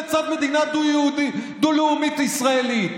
לצד מדינה דו-לאומית ישראלית?